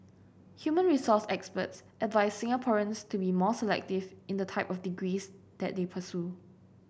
human resource experts advised Singaporeans to be more selective in the type of degrees that they pursue